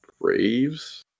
Braves